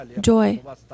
joy